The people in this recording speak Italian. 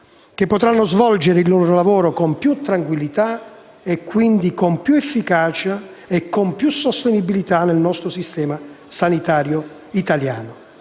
che potranno svolgere il loro lavoro con più tranquillità e, quindi, con più efficacia e sostenibilità nel sistema sanitario italiano.